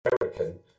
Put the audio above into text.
American